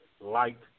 light